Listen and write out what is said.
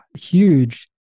huge